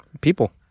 People